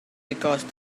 because